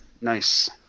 Nice